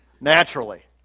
naturally